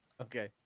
Okay